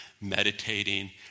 meditating